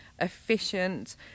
efficient